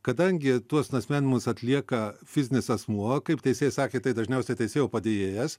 kadangi tuos nuasmeninimus atlieka fizinis asmuo kaip teisėja sakė tai dažniausiai teisėjo padėjėjas